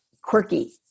quirky